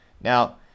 Now